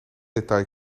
detail